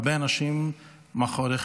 הרבה אנשים מאחוריך,